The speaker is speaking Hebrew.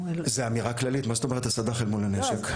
זאת אמירה כללית, מה זאת אומרת הסד"ח אל מול הנשק?